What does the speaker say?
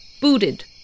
Booted